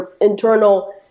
internal